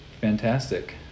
fantastic